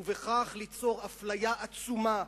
ובכך ליצור אפליה עצומה,